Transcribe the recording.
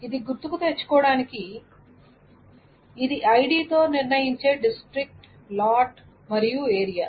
ఇది గుర్తుకు తెచ్చుకోవటానికి ఇది ఐడి తో నిర్ణయించే డిస్ట్రిక్ట్ లాట్ మరియు ఏరియా